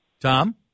tom